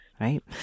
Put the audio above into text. Right